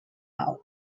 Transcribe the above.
out